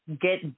get